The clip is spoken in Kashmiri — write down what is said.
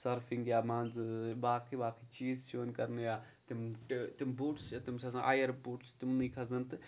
سٔرفِنٛگ یا مان ژٕ باقٕے باقٕے چیٖز چھِ یِوان کَرنہٕ یا تِم تِم بوٗٹٕس چھِ تِم چھِ آسان اَیَر بوٹٕس چھِ تِمنٕے کھَسان تہٕ